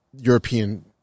European